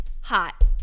hot